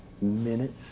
minutes